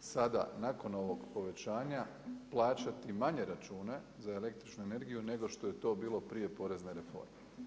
sada nakon ovog povećanja plaćati manje račune za električnu energiju nego što je to bilo prije porezne reforme.